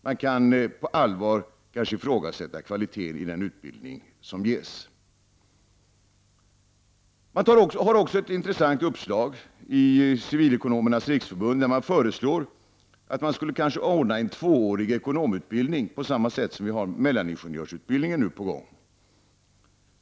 Man kan kanske på allvar ifrågasätta kvaliteten i den utbildning som bedrivs. Civilekonomernas riksförbund har också ett intressant uppslag. Man föreslår att det kanske skulle kunna ordnas en tvåårig ekonomutbildning, som en motsvarighet till den mellaningenjörsutbildning som vi nu har på gång.